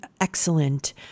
excellent